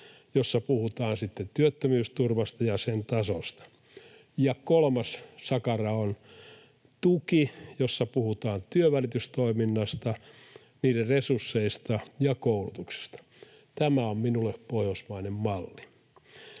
jossa puhutaan sitten työttömyysturvasta ja sen tasosta. Ja kolmas sakara on tuki, jossa puhutaan työnvälitystoiminnasta, sen resursseista ja koulutuksesta. Tämä on minulle pohjoismainen malli.